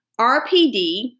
RPD